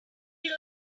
you